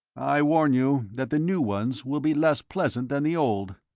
i warn you that the new ones will be less pleasant than the old!